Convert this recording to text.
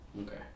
Okay